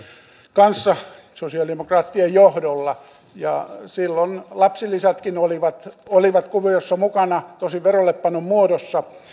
kanssa sosialidemokraattien johdolla silloin lapsilisätkin olivat olivat kuvioissa mukana tosin verollepanon muodossa